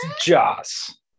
Joss